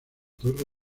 torre